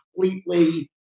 completely